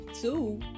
two